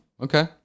Okay